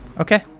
Okay